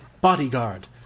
bodyguard